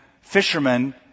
fishermen